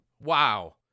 Wow